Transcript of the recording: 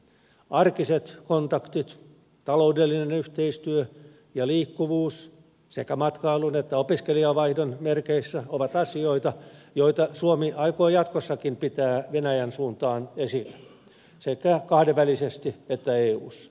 arkiset kontaktit taloudellinen yhteistyö ja liikkuvuus sekä matkailun että opiskelijavaihdon merkeissä ovat asioita joita suomi aikoo jatkossakin pitää venäjän suuntaan esillä sekä kahdenvälisesti että eussa